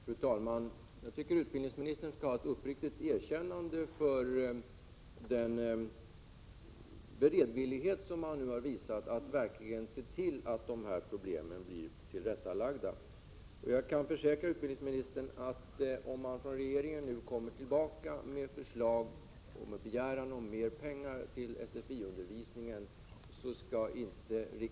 Fru talman! Jag tycker att utbildningsministern skall ha ett uppriktigt erkännande för den beredvillighet som han nu har visat för att verkligen se till att dessa problem blir lösta. Jag försäkrar utbildningsministern att riksdagen inte skall sätta sig på tvären om man från regeringen nu kommer tillbaka med förslag och med begäran om mer pengar till SFI-undervisningen.